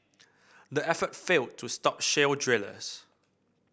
the effort failed to stop shale drillers